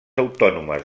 autònomes